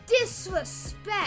disrespect